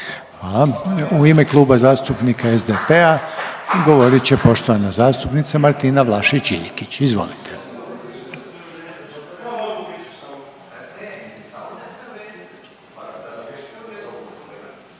hvala. U ime Kluba zastupnika SDP-a govorit će poštovana zastupnica Martina Vlašić Iljkić. Izvolite. **Vlašić